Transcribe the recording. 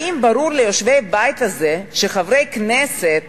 האם ברור ליושבי הבית הזה שחברי כנסת